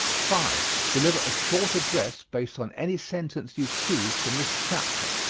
five. deliver a short address based on any sentence you choose from this chapter.